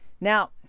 Now